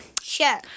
Sure